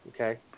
Okay